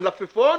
מלפפון,